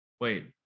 Wait